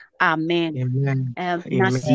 Amen